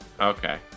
Okay